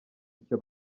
icyo